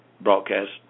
broadcast